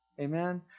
Amen